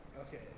Okay